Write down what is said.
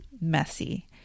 messy